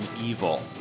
evil